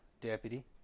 deputy